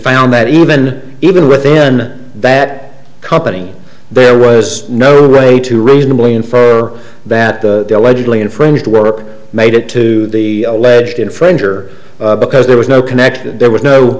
found that even even within that company there was no way to reasonably infer that the illegibly infringed work made it to the alleged infringer because there was no connection there was no